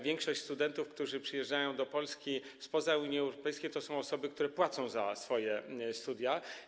Większość studentów, którzy przyjeżdżają do Polski spoza Unii Europejskiej, to są osoby, które płacą za swoje studia.